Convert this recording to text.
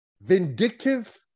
vindictive